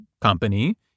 company